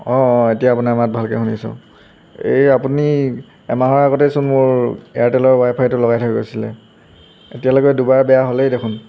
অঁ অঁ এতিয়া আপোনাৰ মাত ভালকৈ শুনিছোঁ এই আপুনি এমাহৰ আগতেইচোন মোৰ এয়াৰটেলৰ ৱাইফাইটো লগাই থৈ গৈছিলে এতিয়ালৈকে দুবাৰ বেয়া হ'লেই দেখোন